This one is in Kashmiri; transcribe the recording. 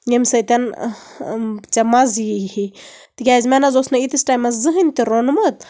ییٚمہِ سۭتۍ ژےٚ مَزٕ یِہی تِکیازِ مےٚ نہ حظ اوس نہٕ ییٖتِس ٹایمَس زٔہنۍ تہِ روٚنمُت